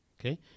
okay